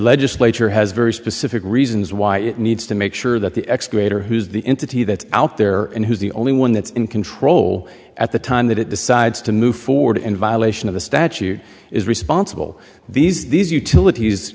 legislature has very specific reasons why it needs to make sure that the ex greater who's the entity that's out there and who's the only one that's in control at the time that it decides to move forward in violation of the statute is responsible these these utilities